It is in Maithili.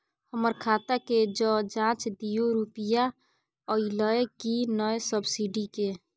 हमर खाता के ज जॉंच दियो रुपिया अइलै की नय सब्सिडी के?